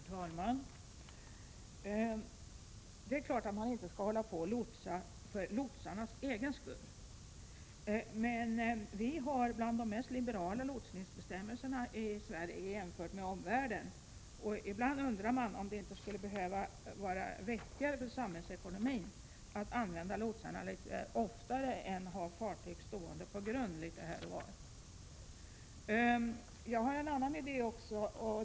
Herr talman! Det är klart att man inte skall hålla på att lotsa för lotsarnas egen skull, men i Sverige har vi bland de mest liberala lotsningsbestämmelserna jämförda med omvärldens, och ibland undrar man om det inte vore vettigare för samhällsekonomin att använda lotsarna oftare än att ha fartyg stående på grund litet här och var. Jag har en annan idé också.